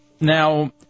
Now